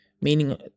Meaning